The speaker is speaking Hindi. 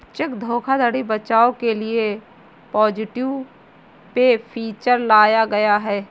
चेक धोखाधड़ी बचाव के लिए पॉजिटिव पे फीचर लाया गया है